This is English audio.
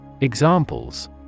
Examples